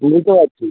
আমি তো আছি